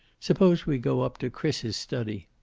suppose we go up to chris's study.